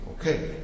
Okay